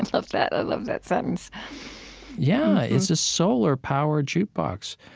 and love that. i love that sentence yeah, it's a solar-powered jukebox.